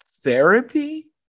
therapy